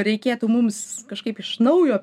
reikėtų mums kažkaip iš naujo